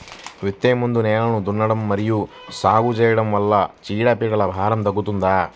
విత్తే ముందు నేలను దున్నడం మరియు సాగు చేయడం వల్ల చీడపీడల భారం తగ్గుతుందా?